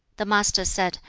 the master said,